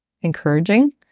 encouraging